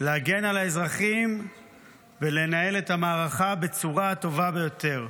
להגן על האזרחים ולנהל את המערכה בצורה הטובה ביותר.